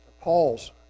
Paul's